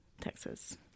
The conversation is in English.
Texas